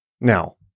Now